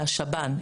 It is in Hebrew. זה השב"ן.